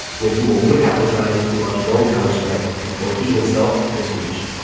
nagumo would have the time to launch his own counter strike before he himself was reached.